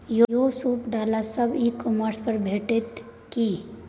यौ सूप डाला सब ई कॉमर्स पर भेटितै की?